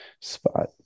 spot